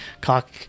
cock